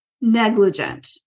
negligent